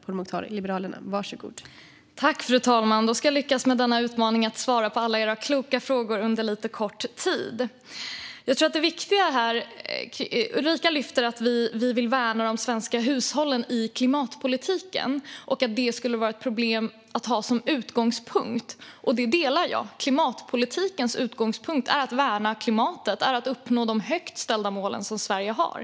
Fru talman! Då ska jag försöka att lyckas med utmaningen att svara på alla era kloka frågor under lite kort tid. Ulrika Heie lyfter fram att vi vill värna de svenska hushållen i klimatpolitiken och att det skulle vara ett problem att ha som utgångspunkt. Det delar jag. Klimatpolitikens utgångspunkt är att värna klimatet och uppnå de högt ställda mål som Sverige har.